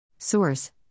Source